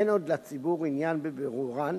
אין עוד לציבור עניין בבירורן,